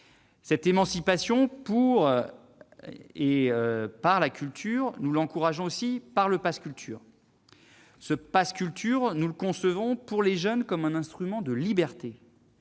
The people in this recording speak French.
Cette émancipation pour et par la culture, nous l'encourageons aussi par le pass culture, que nous concevons, pour les jeunes, comme un instrument de liberté